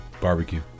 barbecue